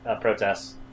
protests